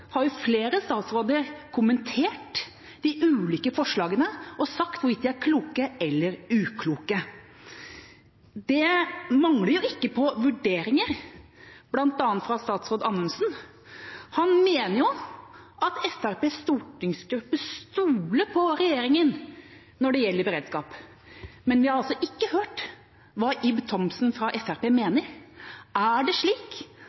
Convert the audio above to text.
har flere statsråder kommentert de ulike forslagene og sagt noe om hvorvidt de er kloke eller ukloke. Det mangler ikke på vurderinger, bl.a. fra statsråd Anundsen. Han mener at Fremskrittspartiets stortingsgruppe stoler på regjeringa når det gjelder beredskap, men vi har altså ikke hørt hva Ib Thomsen fra Fremskrittspartiet mener. Er det slik